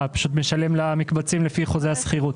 אתה משלם למקבצים לפי חוזי השכירות.